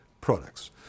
products